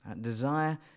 Desire